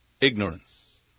ignorance